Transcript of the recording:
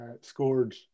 scored